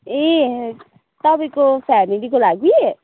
ए तपाईँको फ्यामिलीको लागि